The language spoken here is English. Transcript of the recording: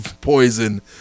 poison